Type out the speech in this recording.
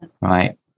Right